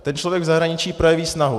Ten člověk v zahraničí projeví snahu.